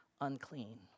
unclean